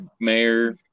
mayor